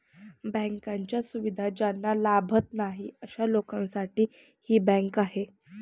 बँकांच्या सुविधा ज्यांना लाभत नाही अशा लोकांसाठी ही बँक आहे